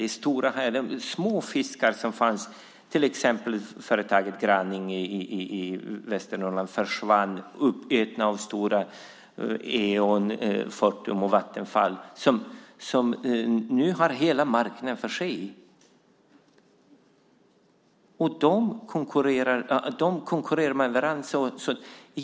De små fiskar som fanns, till exempel företaget Graninge i Västernorrland, försvann och är nu uppätna av de stora: Eon, Fortum och Vattenfall. De har nu hela marknaden. De konkurrerar med varandra.